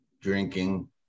drinking